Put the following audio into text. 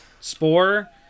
Spore